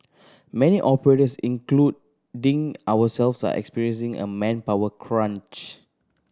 many operators including ourselves are experiencing a manpower crunch